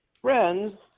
friends